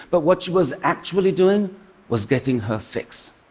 but what she was actually doing was getting her fix.